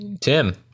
Tim